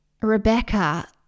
Rebecca